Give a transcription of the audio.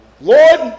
Lord